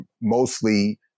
mostly